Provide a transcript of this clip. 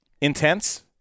Intense